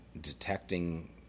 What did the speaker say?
detecting